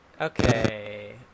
Okay